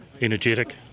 energetic